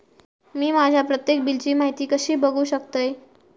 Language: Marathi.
मी माझ्या प्रत्येक बिलची माहिती कशी बघू शकतय?